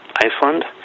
Iceland